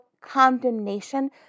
condemnation